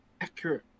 accurate